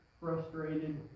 frustrated